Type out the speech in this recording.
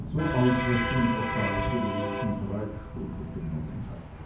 zur auswetzung der scharte wenigstens reitstunde genommen hatte